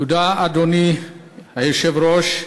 אדוני היושב-ראש,